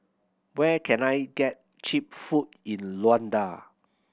where can I get cheap food in Luanda